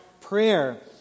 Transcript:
prayer